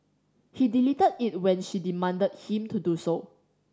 he deleted it when she demanded him to do so